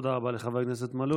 תודה רבה לחבר הכנסת מלול.